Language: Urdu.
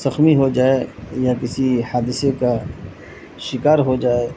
زخمی ہو جائے یا کسی حادثے کا شکار ہو جائے